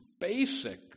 basic